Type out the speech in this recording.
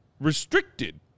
restricted